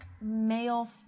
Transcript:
male